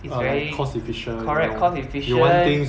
is very correct cost efficient